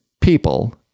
people